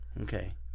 Okay